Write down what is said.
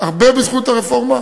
הרבה בזכות הרפורמה,